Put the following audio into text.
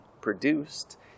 produced